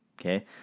Okay